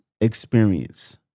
experience